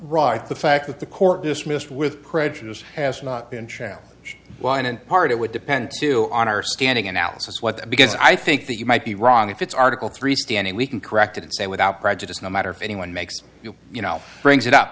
right the fact that the court dismissed with prejudice has not been challenged winant part it would depend too on our scanning analysis what because i think that you might be wrong if it's article three standing we can correct it and say without prejudice no matter if anyone makes you you know brings it up